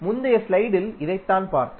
முந்தைய ஸ்லைடில் இதைத்தான் பார்த்தோம்